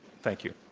thank you.